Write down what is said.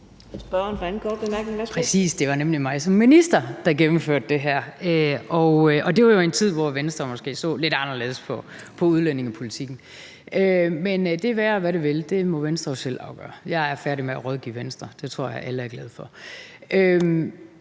Det var nemlig mig som minister, der gennemførte det her, og det var jo i en tid, hvor Venstre så lidt anderledes på udlændingepolitikken. Men lad det være, hvad det være vil – det må Venstre jo selv afgøre. Jeg er færdig med at rådgive Venstre, og det tror jeg at alle er glade for.